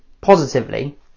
positively